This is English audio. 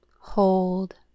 hold